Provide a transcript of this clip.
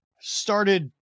started